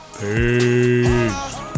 peace